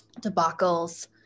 debacles